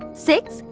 six,